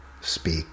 speak